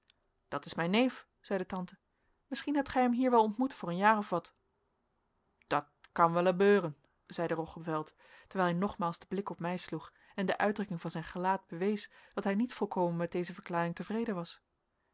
dat is mijn neef zeide tante misschien hebt gij hem hier wel ontmoet voor een jaar of wat dat kan wel ebeuren zeide roggeveld terwijl hij nogmaals den blik op mij sloeg en de uitdrukking van zijn gelaat bewees dat hij niet volkomen met deze verklaring tevreden was